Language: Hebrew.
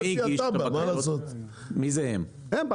הם,